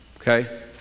Okay